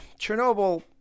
Chernobyl